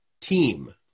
team